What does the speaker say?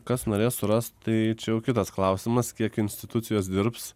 kas norės suras tai čia jau kitas klausimas kiek institucijos dirbs